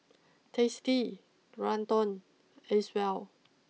tasty Geraldton Acwell